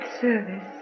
service